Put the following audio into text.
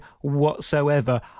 whatsoever